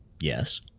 Yes